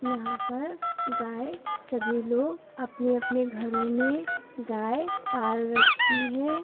यहाँ पर गाय सभी लोग अपने अपने घरों में गाय पाल रखी हैं